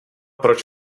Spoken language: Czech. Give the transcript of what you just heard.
proč